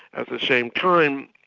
at the same time,